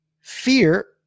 Fear